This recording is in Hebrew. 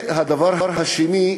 הדבר השני,